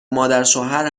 مادرشوهر